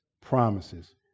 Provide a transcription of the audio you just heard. promises